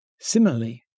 Similarly